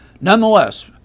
Nonetheless